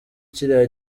kiriya